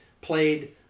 played